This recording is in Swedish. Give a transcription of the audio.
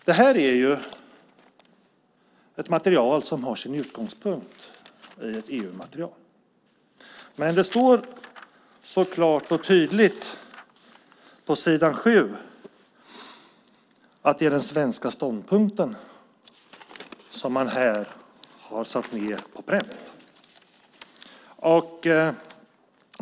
Utlåtandet är ett material som har sin utgångspunkt i ett EU-material. Men det står så klart och tydligt på s. 7 att det är den svenska ståndpunkten som man har satt ned på pränt.